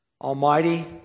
Almighty